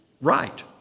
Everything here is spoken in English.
right